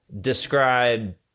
describe